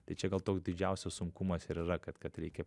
tai čia gal toks didžiausias sunkumas ir yra kad kad reikia